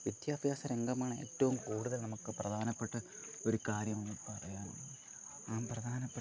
വിദ്യാഭ്യാസ രംഗമാണ് ഏറ്റവും കൂടുതൽ നമുക്ക് പ്രധാനപ്പെട്ട ഒരു കാര്യം എന്ന് പറയാനുള്ളത് ആ പ്രധാനപ്പെട്ട